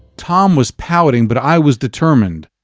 tom was pouting but i was determined.